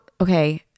okay